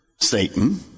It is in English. Satan